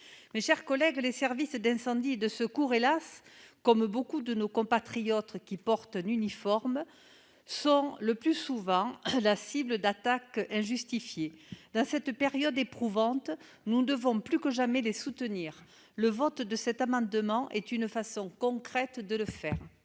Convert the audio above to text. Mes chers collègues, les services d'incendie et de secours, hélas ! comme beaucoup de nos compatriotes qui portent un uniforme, sont le plus souvent la cible d'attaques injustifiées. Dans cette période éprouvante, nous devons plus que jamais les soutenir. L'adoption de cet amendement serait une façon concrète de le faire.